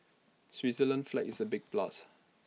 Switzerland's flag is A big plus